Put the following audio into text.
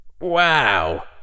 Wow